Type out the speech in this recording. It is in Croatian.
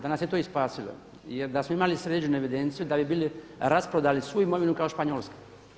Da nas je to i spasilo jer da smo imali sređenu evidenciju da bi bili rasprodali svu imovinu kao Španjolska.